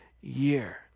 year